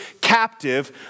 captive